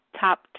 top